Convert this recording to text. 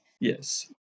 Yes